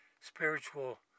spiritual